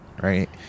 Right